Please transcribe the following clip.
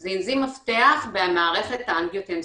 זה אנזים מפתח במערכת האנגיוטנסין.